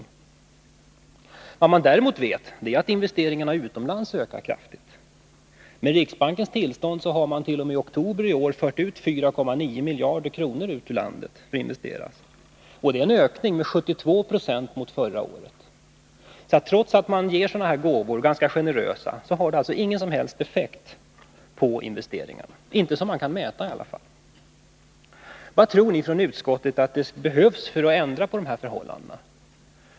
i, ;: Vad man däremot vet är att investeringarna utomlands ökar kraftigt. Med riksbankens tillstånd har man t.o.m. i oktober i år fört ut 4,9 miljarder kronor ur landet för att investera. Det är en ökning med 72 26 mot förra året. Dessa ganska generösa gåvor har alltså ingen som helst effekt på investeringarna, i varje fall inte som man kan mäta. Vad, tror ni i utskottet, behövs för att ändra på dessa förhållanden?